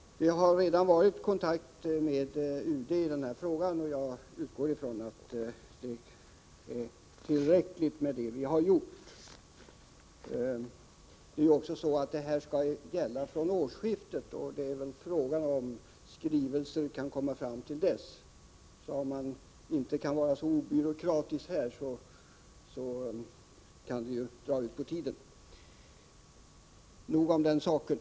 Vi har också varit i kontakt med UD i frågan, och jag utgår från att det vi har gjort är tillräckligt. Biståndsarbetarnas rätt till barnbidrag skall ju gälla från årsskiftet, och frågan är om skrivelser kan behandlas dessförinnan. Även om man inte behöver vara så byråkratisk i det här sammanhanget, kan ju ärendena dra ut på tiden. — Nog om den saken.